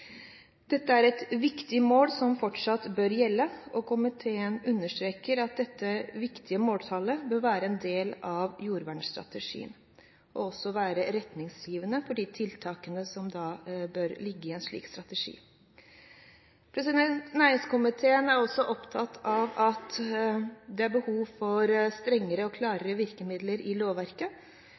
Dette er et viktig mål som fortsatt bør gjelde, og komiteen understreker at dette viktige måltallet bør være en del av jordvernstrategien og også være retningsgivende for de tiltakene som bør ligge i en slik strategi. Komiteen er også opptatt av at det er behov for strengere og klarere virkemidler i lovverket,